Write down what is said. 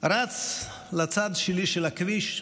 רץ לצד שלי של הכביש,